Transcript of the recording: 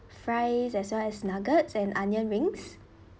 fries as well as nuggets and onion rings